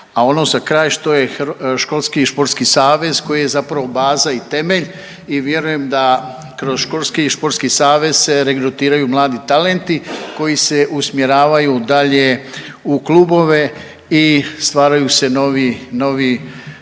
A ono za kraj što je Školski sportski savez koji je zapravo baza i temelj i vjerujem da kroz Školski sportski savez se regrutiraju mladi talenti koji se usmjeravaju dalje u klubove i stvaraju se novi